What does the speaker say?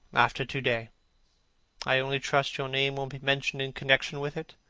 after to-day. i only trust your name won't be mentioned in connection with it.